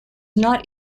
not